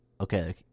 Okay